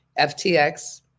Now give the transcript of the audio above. FTX